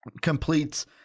completes